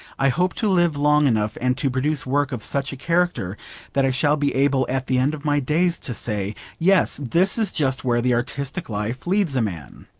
i hope to live long enough and to produce work of such a character that i shall be able at the end of my days to say, yes! this is just where the artistic life leads a man